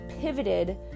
pivoted